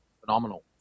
phenomenal